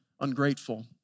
ungrateful